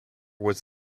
was